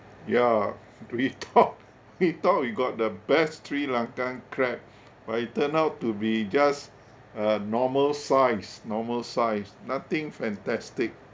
ya we thought we thought we got the best sri lankan crab but it turned out to be just uh normal size normal size nothing fantastic